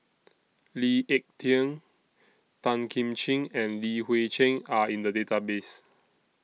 Lee Ek Tieng Tan Kim Ching and Li Hui Cheng Are in The Database